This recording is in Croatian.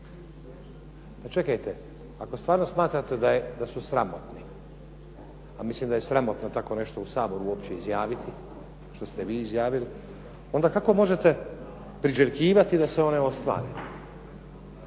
Pa čekajte ako stvarno smatrate da su sramotni a mislim da je sramotno tako nešto u Saboru uopće izjaviti što ste vi izjavili. Onda kako možete priželjkivati da se one ostvare.